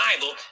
Bible